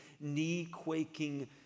knee-quaking